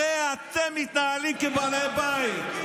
הרי אתם מתנהלים כבעלי בית.